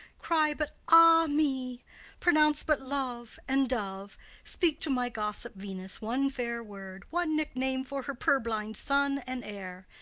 cry but ah me pronounce but love and dove speak to my gossip venus one fair word, one nickname for her purblind son and heir,